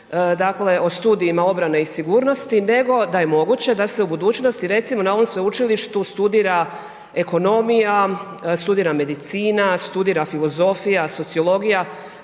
dakle o studijima obrane i sigurnosti nego da je moguće da se u budućnosti recimo na ovom sveučilištu studira ekonomija, studira medicina, studira filozofija, sociologija,